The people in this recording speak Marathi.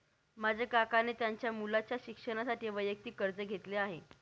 माझ्या काकांनी त्यांच्या मुलाच्या शिक्षणासाठी वैयक्तिक कर्ज घेतले आहे